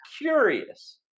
curious